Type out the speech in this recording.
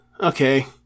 Okay